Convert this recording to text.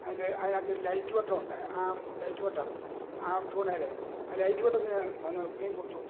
അതിന്റെ അതിനകത്തൊരു ലൈറ്റ് വെട്ടമുണ്ട് ആ ലൈറ്റ് വെട്ടം ആ ചൂണ്ടയിൽ ആ ലൈറ്റ് വെട്ടത്തിന് വന്ന് മീൻ കൊത്തും